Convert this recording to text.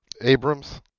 Abrams